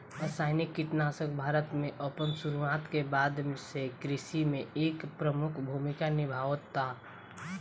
रासायनिक कीटनाशक भारत में अपन शुरुआत के बाद से कृषि में एक प्रमुख भूमिका निभावता